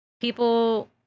people